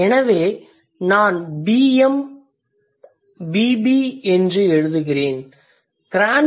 எனவே நான் BM BB என்று எழுதுகிறேன்